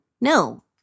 No